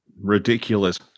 ridiculous